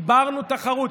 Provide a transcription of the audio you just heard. הגברנו תחרות.